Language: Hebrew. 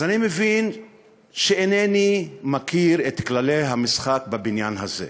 אני מבין שאינני מכיר את כללי המשחק בבניין הזה.